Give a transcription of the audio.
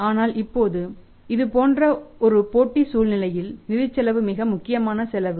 ஆனால் இப்போது இதுபோன்ற ஒரு போட்டி சூழ்நிலையில் நிதிச்செலவு மிக முக்கியமான செலவு